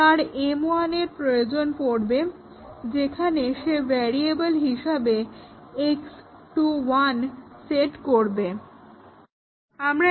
তার m1 এর প্রয়োজন পড়বে যেখানে সে ভ্যারিয়েবল হিসাবে x টু 1 সেট করবে